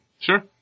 Sure